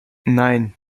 nein